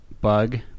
Bug